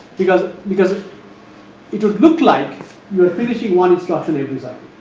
because because it would look like your finishing one instruction every cycle,